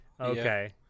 Okay